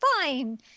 fine